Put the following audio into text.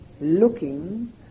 looking